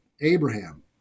Abraham